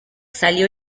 salió